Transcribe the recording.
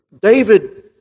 David